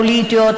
הפוליטיות,